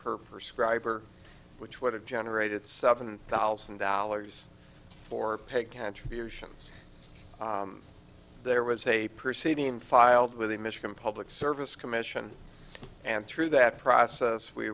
per for scriber which would have generated seven thousand dollars for paid contributions there was a proceeding filed with the michigan public service commission and through that process we